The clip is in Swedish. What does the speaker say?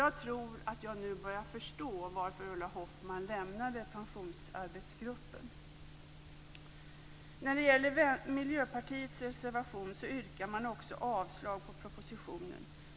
Jag tror att jag nu börjar förstå varför Ulla I Miljöpartiets reservation yrkar man också avslag på propositionen.